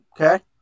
Okay